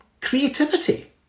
creativity